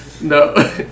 No